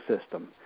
system